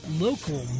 local